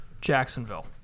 Jacksonville